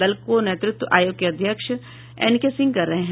दल का नेतृत्व आयोग के अध्यक्ष एनके सिंह कर रहे हैं